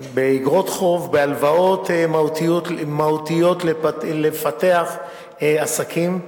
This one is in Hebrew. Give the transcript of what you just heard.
באיגרות חוב, בהלוואות מהותיות לפתח עסקים,